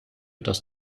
dass